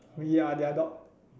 we are their dog